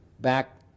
back